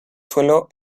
suelo